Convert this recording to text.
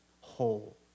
whole